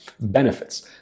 benefits